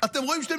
אומרים